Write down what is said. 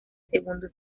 segundo